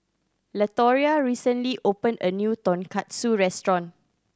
Latoria recently opened a new Tonkatsu Restaurant